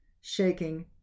shaking